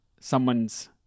someone's